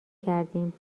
کردیم